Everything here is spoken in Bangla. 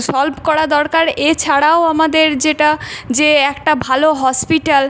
সল্ভ করা দরকার এছাড়াও আমাদের যেটা যে একটা ভালো হসপিটাল